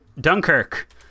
Dunkirk